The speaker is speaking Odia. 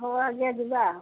ହଉ ଆଜ୍ଞା ଯିବା